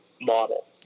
model